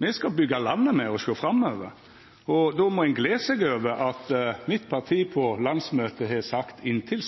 Me skal byggja landet, me, og sjå framover. Då må ein gle seg over at mitt parti på landsmøtet har sagt inntil